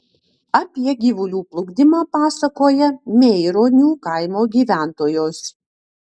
apie gyvulių plukdymą pasakoja meironių kaimo gyventojos